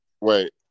Wait